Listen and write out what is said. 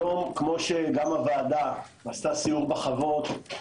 כמו שהוועדה עשתה סיור בחוות,